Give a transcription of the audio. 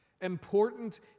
important